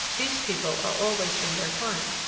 these people are all wasting their time,